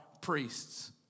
priests